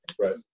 Right